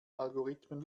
algorithmen